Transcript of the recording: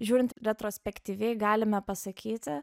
žiūrint retrospektyviai galime pasakyti